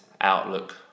Outlook